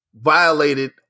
violated